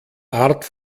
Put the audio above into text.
art